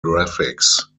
graphics